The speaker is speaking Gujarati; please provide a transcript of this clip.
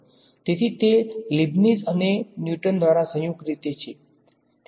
તેથી તે લિબનીઝ અને ન્યૂટન દ્વારા સંયુક્ત રીતે છે